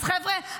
אז חבר'ה,